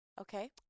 Okay